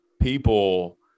people